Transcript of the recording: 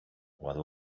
what